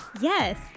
Yes